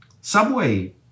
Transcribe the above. Subway